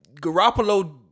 Garoppolo